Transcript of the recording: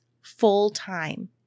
full-time